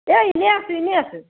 এই এনেই আছোঁ এনেই আছোঁ